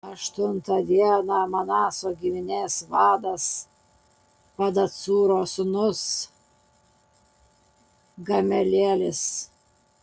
aštuntą dieną manaso giminės vadas pedacūro sūnus gamelielis